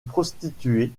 prostituées